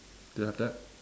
do you have that